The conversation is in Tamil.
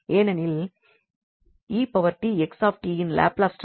ஏனெனில் 𝑒𝑡𝑥𝑡இன் லாப்லஸ் ட்ரான்ஸ்பார்ம் 𝑥𝑡